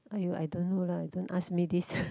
!aiyo! I don't know lah don't ask me this